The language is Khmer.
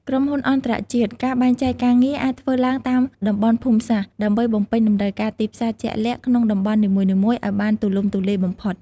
ក្រុមហ៊ុនអន្តរជាតិ ការបែងចែកការងារអាចធ្វើឡើងតាមតំបន់ភូមិសាស្ត្រ ដើម្បីបំពេញតម្រូវការទីផ្សារជាក់លាក់ក្នុងតំបន់នីមួយៗឱ្យបានទូលំទូលាយបំផុត។